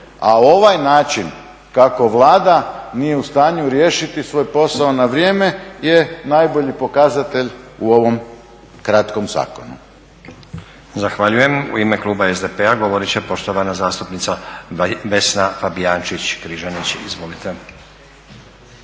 A ovaj način kako Vlada nije u stanju riješiti svoj posao na vrijeme je najbolji pokazatelj u ovom kratkom zakonu. **Stazić, Nenad (SDP)** Zahvaljujem. U ime kluba SDP-a govoriti će poštovana zastupnica Vesna Fabijančić-Križanić. Izvolite.